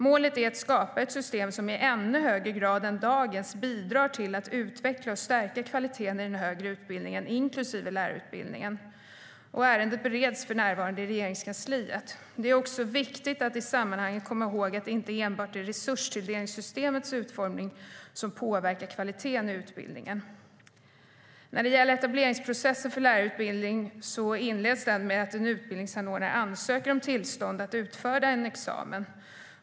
Målet är att skapa ett system som i ännu högre grad än dagens bidrar till att utveckla och stärka kvaliteten i den högre utbildningen, inklusive lärarutbildningen. Ärendet bereds för närvarande i Regeringskansliet. Det är också viktigt att i sammanhanget komma ihåg att det inte enbart är resurstilldelningssystemets utformning som påverkar kvaliteten i utbildningen. När det gäller etableringsprocessen för lärarutbildning inleds den med att en utbildningsanordnare ansöker om tillstånd att utfärda en examen.